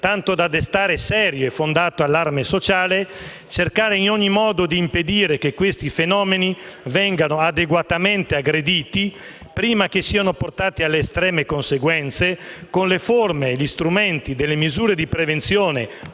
tanto da destare serio e fondato allarme sociale, cercare in ogni modo di impedire che questi fenomeni vengano adeguatamente aggrediti, prima che siano portati alle estreme conseguenze, con le forme e gli strumenti delle misure di prevenzione